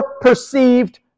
perceived